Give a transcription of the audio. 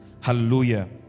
hallelujah